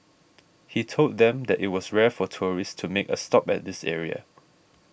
he told them that it was rare for tourists to make a stop at this area